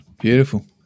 Beautiful